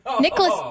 Nicholas